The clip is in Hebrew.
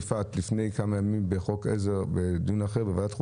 יפעת לפני כמה ימים בחוק עזר בדיון אחר בוועדת החוק,